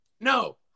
no